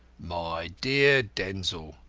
my dear denzil,